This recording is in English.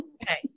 Okay